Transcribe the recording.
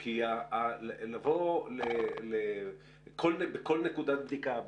כי לבוא בכל נקודת בדיקה,